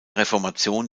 reformation